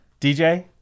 DJ